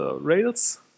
Rails